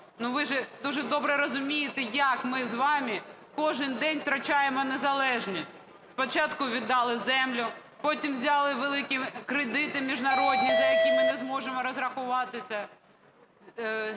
Ви ж дуже добре розумієте, як ми з вами кожен день втрачаємо незалежність, спочатку віддали землю, потім взяли великі кредити міжнародні, за які ми не зможемо розрахуватися.